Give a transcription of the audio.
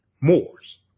Moors